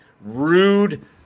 rude